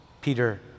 Peter